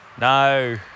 No